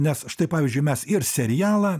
nes štai pavyzdžiui mes ir serialą